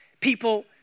people